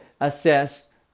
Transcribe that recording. assess